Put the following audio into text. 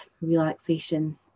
relaxation